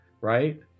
right